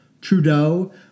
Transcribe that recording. Trudeau